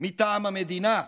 מטעם המדינה.